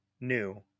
new